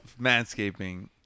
manscaping